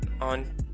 on